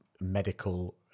medical